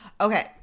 Okay